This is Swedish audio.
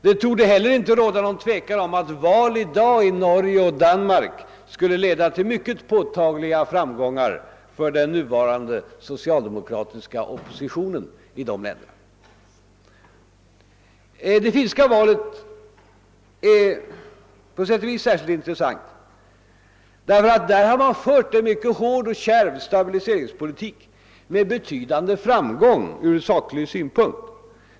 Det torde heller inte råda något tvivel om att val i dag i Norge och Danmark skulle leda till mycket påtagliga framgångar för den nuvarande socialdemokratiska oppositionen i dessa länder. Det finska valet är på sätt och vis särskilt intressant. Där har man nämligen fört en mycket hård och kärv stabiliseringspolitik med betydande framgång ur saklig synpunkt.